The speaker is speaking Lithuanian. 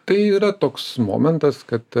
tai yra toks momentas kad